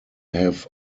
have